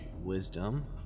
wisdom